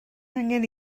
angen